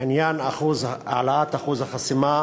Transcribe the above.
עניין העלאת אחוז החסימה